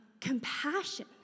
compassion